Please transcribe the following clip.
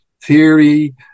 theory